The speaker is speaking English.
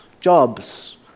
jobs